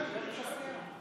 נרשמתי.